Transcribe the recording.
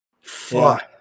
fuck